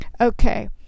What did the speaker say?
Okay